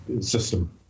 system